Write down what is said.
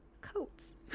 coats